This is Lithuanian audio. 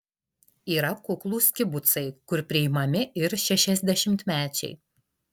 yra kuklūs kibucai kur priimami ir šešiasdešimtmečiai